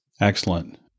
Excellent